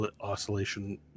oscillation